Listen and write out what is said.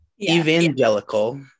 Evangelical